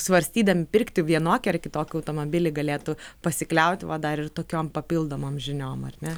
svarstydami pirkti vienokį ar kitokį automobilį galėtų pasikliauti va dar ir tokiom papildomom žiniom ar ne